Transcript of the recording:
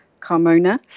Carmona